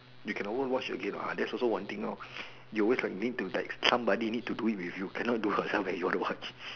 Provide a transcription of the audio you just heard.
you can not go and watch again what that's also one thing lor you're always like you need like somebody it to do it with you cannot do yourself you want to watch